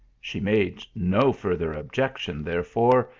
she made no farther objection, therefore,